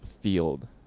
field